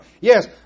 Yes